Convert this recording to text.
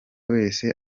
wese